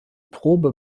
probe